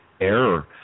error